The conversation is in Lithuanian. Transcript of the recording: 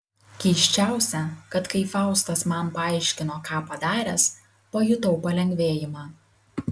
keisčiausia kad kai faustas man paaiškino ką padaręs pajutau palengvėjimą